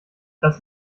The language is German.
das